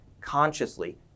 consciously